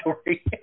story